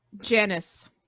Janice